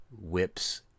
whips